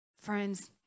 Friends